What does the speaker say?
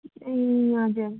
ए हजुर